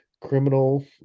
Criminal